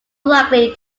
likely